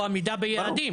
או עמידה ביעדים,